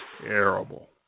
terrible